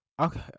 okay